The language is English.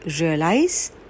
realize